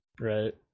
Right